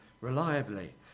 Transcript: reliably